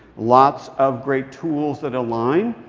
lots of great tools that align.